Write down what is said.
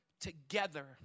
together